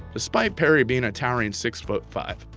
despite perry being a towering six foot five.